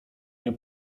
nie